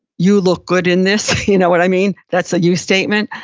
you look good in this, you know what i mean? that's a you statement.